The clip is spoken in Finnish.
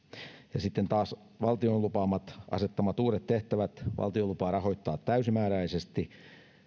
sitten taas valtion asettamat uudet tehtävät valtio lupaa rahoittaa täysimääräisesti